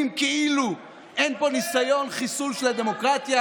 כאילו אין פה ניסיון חיסול של הדמוקרטיה,